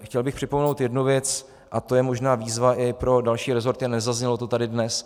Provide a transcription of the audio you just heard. Chtěl bych připomenout jednu věc a to je možná výzva i pro další resorty a nezaznělo to tady dnes.